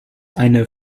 eine